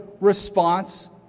response